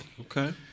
Okay